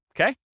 okay